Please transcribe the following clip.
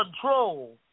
control